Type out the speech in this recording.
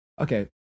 Okay